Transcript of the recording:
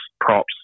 props